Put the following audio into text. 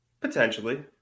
Potentially